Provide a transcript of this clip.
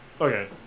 Okay